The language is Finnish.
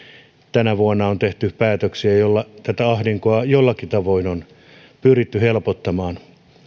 tänä vuonna on tehty päätöksiä joilla tätä ahdinkoa jollakin tavoin on pyritty helpottamaan